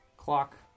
clock